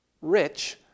Rich